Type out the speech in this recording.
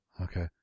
Okay